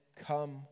come